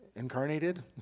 Incarnated